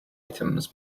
items